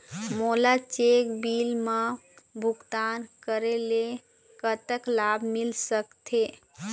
मोला cheque bill मा भुगतान करेले कतक लाभ मिल सकथे?